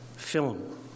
Film